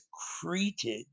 secreted